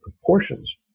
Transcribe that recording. proportions